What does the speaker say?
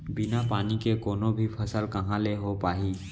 बिना पानी के कोनो भी फसल कहॉं ले हो पाही?